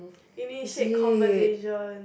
initiate conversation